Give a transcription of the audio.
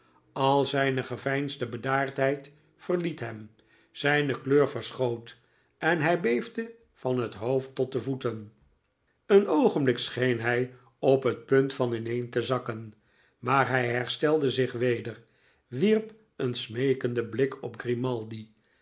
al zijne geveinsde bedaardheid verliet hem zijne kleur verschoot en hij beefde van het hoofd tot de voeten een oogenblik scheen hij op het punt van ineen te zakken maar hij herstelde zich weder wierp een smeekenden blik op grimaldi